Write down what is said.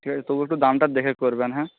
ঠিক আছে তবু একটু দামটা দেখে করবেন হ্যাঁ